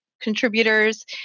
contributors